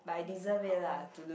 what to cut off